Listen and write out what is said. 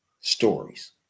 stories